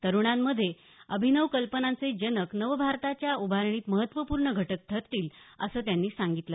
तरुणांमधले अभिनव कल्पनांचे जनक नवाभारताच्या उभारणीत महत्त्वपूर्ण घटक ठरतील असं त्यांनी सांगितलं